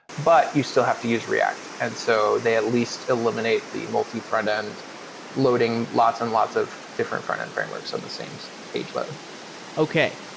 but you still have to use react. and so they at least eliminate the multi front-end loading lots and lots of different front-end frameworks on the same page load okay.